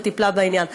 שטיפלה בעניין.